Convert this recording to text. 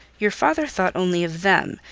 your father thought only of them.